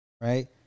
Right